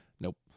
Nope